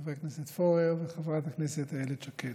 חבר הכנסת פורר וחברת הכנסת איילת שקד.